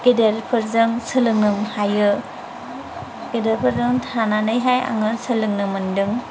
गेदेरफोरजों सोलोंनो हायो गेदेरफोरजों थांनानैहाय आङो सोलोंनो मोनदों